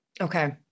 Okay